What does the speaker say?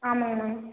ஆமாம்ங்க மேம்